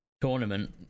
tournament